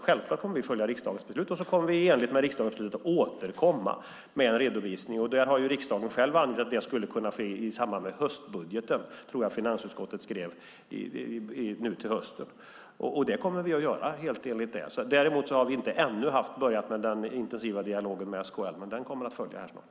Självklart kommer vi att följa riksdagens beslut, och vi kommer i enlighet med riksdagens beslut att återkomma med en redovisning. Riksdagen har själv angett - jag tror att det var finansutskottet som skrev det - att det skulle kunna ske i samband med höstbudgeten. Det kommer vi att göra. Däremot har vi ännu inte börjat med den intensiva dialogen med SKL, men den kommer att följa här snart.